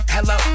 Hello